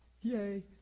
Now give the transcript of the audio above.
Yay